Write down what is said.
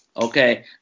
okay